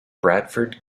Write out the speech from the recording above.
bradford